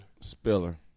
Spiller